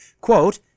quote